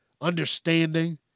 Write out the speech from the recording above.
understanding